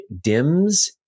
dims